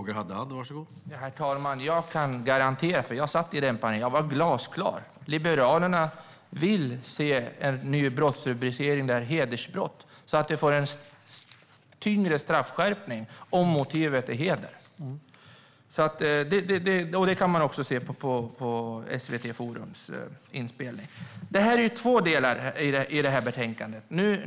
Herr talman! Jag var med i detta sammanhang, och jag kan garantera att jag var glasklar. Liberalerna vill se en ny brottsrubricering - hedersbrott - så att det blir en straffskärpning om motivet är heder. Detta kan man se på SVT Forums inspelning. Det finns två delar i detta betänkande.